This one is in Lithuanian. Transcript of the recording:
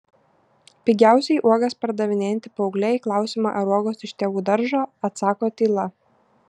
pigiausiai uogas pardavinėjanti paauglė į klausimą ar uogos iš tėvų daržo atsako tyla